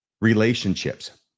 relationships